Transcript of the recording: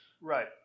Right